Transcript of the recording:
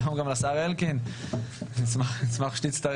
שלום גם לשר אלקין, נשמח שתצטרף.